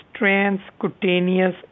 transcutaneous